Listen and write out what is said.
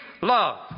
love